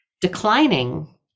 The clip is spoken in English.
declining